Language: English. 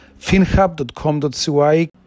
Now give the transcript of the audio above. FinHub.com.cy